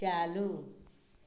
चालू